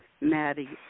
Maddie